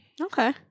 Okay